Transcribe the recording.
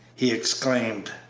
he exclaimed.